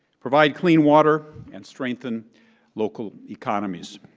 provide clean water, and strengthen local economies,